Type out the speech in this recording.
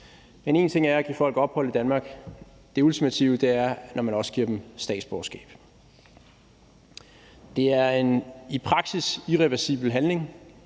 Men én ting er at give folk ophold i Danmark – det ultimative er, når man også giver dem statsborgerskab. Det er en i praksis irreversibel handling.